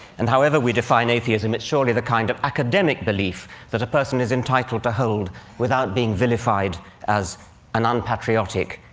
and however we define atheism, it's surely the kind of academic belief that a person is entitled to hold without being vilified as an unpatriotic,